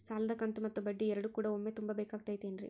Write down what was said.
ಸಾಲದ ಕಂತು ಮತ್ತ ಬಡ್ಡಿ ಎರಡು ಕೂಡ ಒಮ್ಮೆ ತುಂಬ ಬೇಕಾಗ್ ತೈತೇನ್ರಿ?